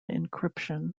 encryption